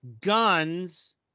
guns